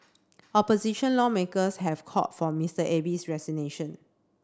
opposition lawmakers have called for Mister Abe's resignation